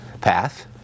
path